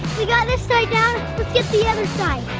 we got this side down. let's get the other side.